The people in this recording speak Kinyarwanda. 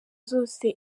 zose